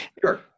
Sure